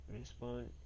respond